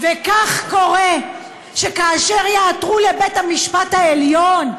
וכך קורה שכאשר יעתרו לבית-המשפט העליון,